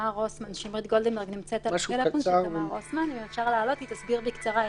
שמרית גולדנברג תסביר בקצרה.